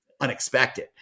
unexpected